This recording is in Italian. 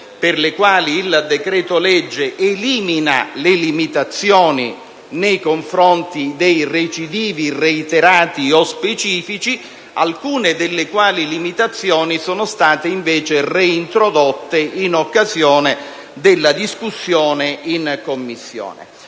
per le quali il decreto‑legge elimina le limitazioni nei confronti dei recidivi, reiterati o specifici, alcune delle quali sono state invece reintrodotte in occasione della discussione in Commissione.